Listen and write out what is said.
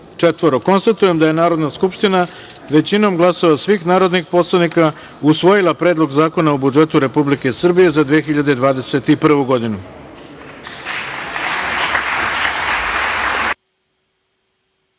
četvoro. Konstatujem da je Narodna skupština većinom glasova svih narodnih poslanika usvojila Predlog zakona o budžetu Republike Srbije za 2021.